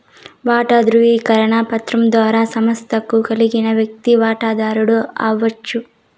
వాటా దృవీకరణ పత్రం ద్వారా సంస్తకు కలిగిన వ్యక్తి వాటదారుడు అవచ్చు